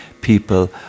people